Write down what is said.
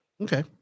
Okay